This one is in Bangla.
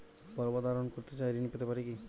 পর্বত আরোহণ করতে চাই ঋণ পেতে পারে কি?